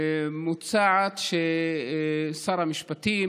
מוצע ששר המשפטים